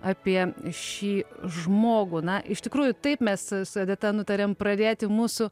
apie šį žmogų na iš tikrųjų taip mes su edita nutarėm pradėti mūsų